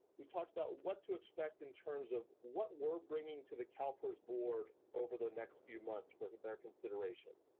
we talked about what to expect in terms of what we're bringing to the calpers board over the next few months for their consideration.